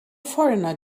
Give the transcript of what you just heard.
foreigner